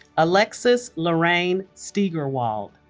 alexis lorraine steigerwald